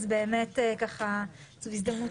זו הזדמנות